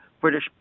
British